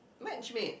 match made